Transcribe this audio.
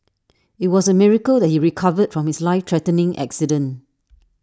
IT was A miracle that he recovered from his life threatening accident